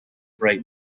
bright